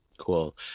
Cool